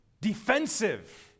defensive